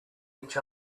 each